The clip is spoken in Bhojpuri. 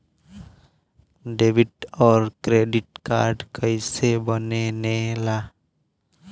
डेबिट और क्रेडिट कार्ड कईसे बने ने ला?